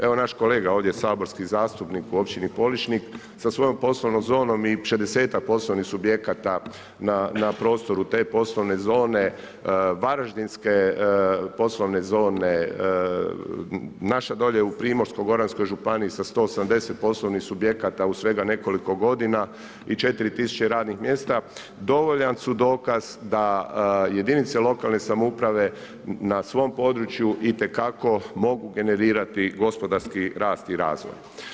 Evo naš kolega ovdje saborski zastupnik u Općini Poličnik sa svojom poslovnom zonom i šezdesetak poslovnih subjekata na prostoru te poslovne zone Varaždinske poslovne zone, naša dolje u Primorsko-goranskoj županiji sa 170 poslovnih subjekata u svega nekoliko godina i 4000 radnih mjesta dovoljan su dokaz da jedinice lokalne samouprave na svom području itekako mogu generirati gospodarski rast i razvoj.